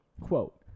Quote